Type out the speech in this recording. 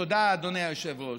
תודה, אדוני היושב-ראש.